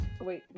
wait